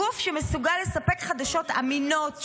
גוף שמסוגל לספק חדשות אמינות,